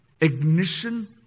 ignition